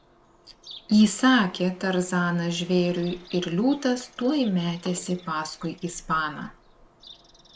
įsakė tarzanas žvėriui ir liūtas tuoj metėsi paskui ispaną